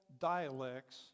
dialects